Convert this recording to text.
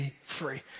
Free